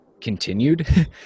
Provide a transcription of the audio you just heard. continued